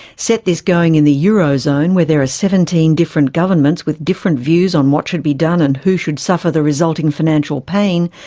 set this going in the euro zone, where there are ah seventeen different governments with different views on what should be done and who should suffer the resulting financial pain,